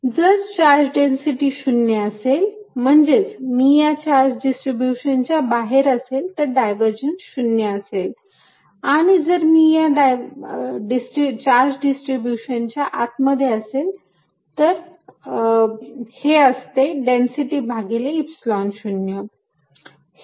जर charge density 0 असेल म्हणजेच मी या चार्ज डिस्ट्रीब्यूशन च्या बाहेर असेल तर डायव्हरजन्स 0 असेल आणि जर मी चार्ज डिस्ट्रीब्यूशन च्या आत मध्ये असेल तर हे असते डेन्सिटी भागिले epsilon 0